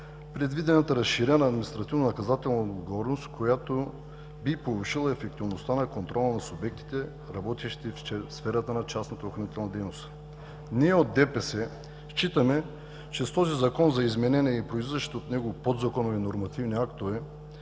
предвидената разширена административно-наказателна отговорност, която би повишила ефективността на контрола на субектите, работещи в сферата на частната охранителна дейност. Ние от ДПС считаме, че с този Закон за изменение и произлизащите от него подзаконови нормативни актове